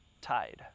Tide